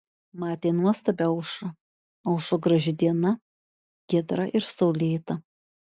matė nuostabią aušrą aušo graži diena giedra ir saulėta